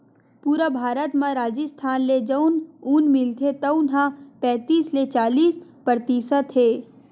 पूरा भारत म राजिस्थान ले जउन ऊन मिलथे तउन ह पैतीस ले चालीस परतिसत हे